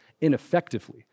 ineffectively